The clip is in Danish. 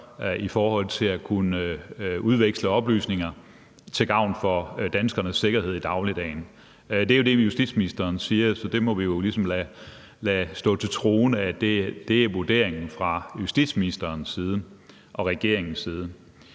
i forhold til at kunne udveksle oplysninger til gavn for danskernes sikkerhed i dagligdagen. Det er jo det, justitsministeren siger, så det må vi jo ligesom lade stå til troende er vurderingen fra justitsministerens side og regeringens side.